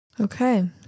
Okay